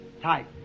type